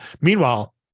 meanwhile